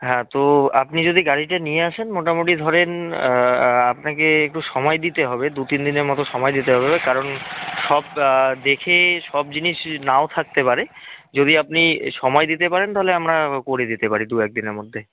হ্যাঁ তো আপনি যদি গাড়িটা নিয়ে আসেন মোটামোটি ধরেন আপনাকে একটু সময় দিতে হবে দু তিন দিনের মতো সময় দিতে হবে কারণ সব দেখে সব জিনিস নাও থাকতে পারে যদি আপনি সময় দিতে পারেন তাহলে আমরা করে দিতে পারি দু এক দিনের মধ্যে